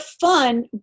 fun